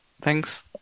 Thanks